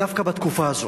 דווקא בתקופה הזאת,